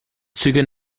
züge